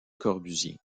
corbusier